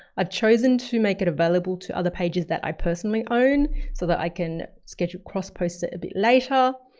i've chosen to make it available to other pages that i personally own so that i can schedule crossposts at a bit later.